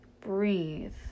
Breathe